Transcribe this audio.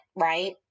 right